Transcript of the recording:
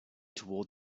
toward